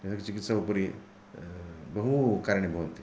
नैसर्गिकचिकित्सा उपरि बहुकरणीयं भवन्ति